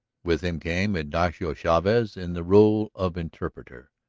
with him came ignacio chavez in the role of interpreter.